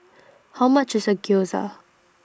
How much IS Gyoza